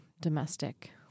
domestic